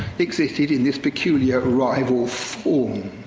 existed in this peculiar rival form.